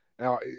Now